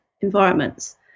environments